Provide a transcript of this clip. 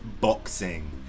boxing